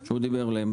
שהוא דיבר עליו,